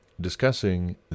Discussing